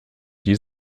die